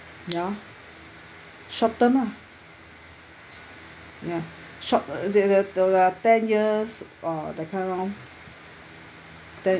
ya short term lah ya short there there till uh ten years uh that kind lor ten